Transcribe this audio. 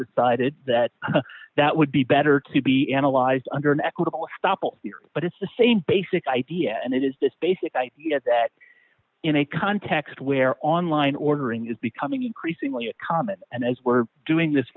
decided that that would be better to be analyzed under an equitable stoppel but it's the same basic idea and it is this basic idea that in a context where online ordering is becoming increasingly common and as we're doing this